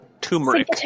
Turmeric